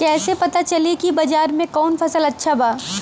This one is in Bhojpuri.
कैसे पता चली की बाजार में कवन फसल अच्छा बा?